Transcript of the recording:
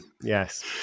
yes